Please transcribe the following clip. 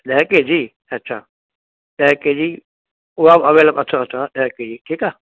ॾह केजी अच्छा ॾह केजी उहा अवेलेबल अथ अथव ॾह केजी ठीकु आहे